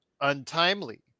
untimely